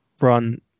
run